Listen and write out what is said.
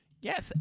Yes